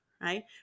right